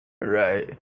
Right